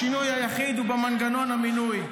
השינוי היחיד הוא במנגנון המינוי.